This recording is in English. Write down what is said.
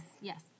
yes